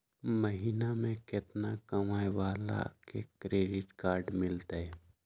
महीना में केतना कमाय वाला के क्रेडिट कार्ड मिलतै?